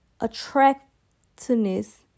attractiveness